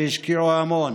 שהשקיעו המון